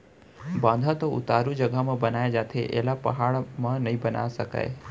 बांधा तो उतारू जघा म बनाए जाथे एला पहाड़ म नइ बना सकय